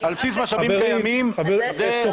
על בסיס משאבים קיימים זה,